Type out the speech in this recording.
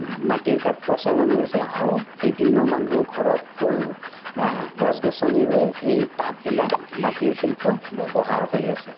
মাটিৰ কাপ প্ৰচলন হৈ আছে আৰু বিভিন্ন মানুহে ঘৰত ফুল বা গছ গছনি ৰুৱে এই টাববিলাক মাটিৰ শিল্প ব্যৱহাৰ হৈ আছে